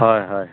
হয় হয়